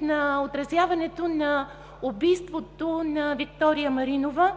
на отразяването на убийството на Виктория Маринова,